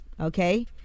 okay